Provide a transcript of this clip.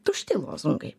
tušti lozungai